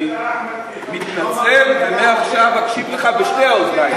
אני מתנצל, ומעכשיו אקשיב לך בשתי האוזניים.